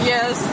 Yes